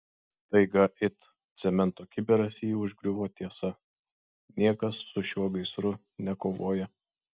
staiga it cemento kibiras jį užgriuvo tiesa niekas su šiuo gaisru nekovoja